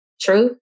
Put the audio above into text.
True